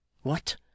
What